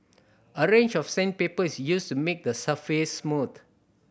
a range of sandpaper is used to make the surface smooth